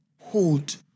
hold